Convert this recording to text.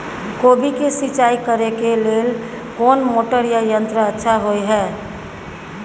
कोबी के सिंचाई करे के लेल कोन मोटर या यंत्र अच्छा होय है?